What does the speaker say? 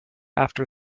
after